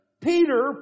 Peter